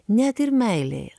net ir meilėje